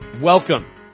Welcome